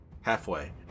Halfway